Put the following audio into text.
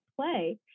play